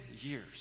years